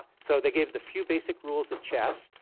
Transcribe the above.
so they gave the few basic rules of chess.